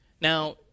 Now